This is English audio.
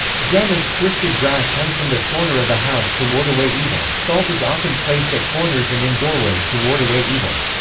gen is twisted grass hung from the corner of a house to ward away evil salt is often placed at corners and in doorways to ward away evil.